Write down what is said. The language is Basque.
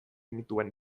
nituen